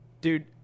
Dude